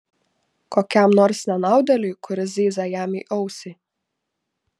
kokiam nors nenaudėliui kuris zyzia jam į ausį